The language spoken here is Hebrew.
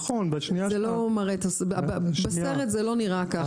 נכון בשנייה של --- בסרט זה לא נראה כך.